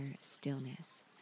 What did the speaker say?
stillness